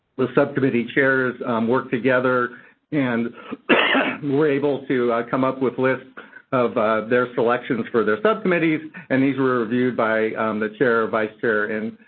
the subcommittee chairs worked together and were able to come up with lists of their selections for their subcommittees. and these were reviewed by the chair, vice chair, and